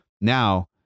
now